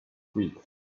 street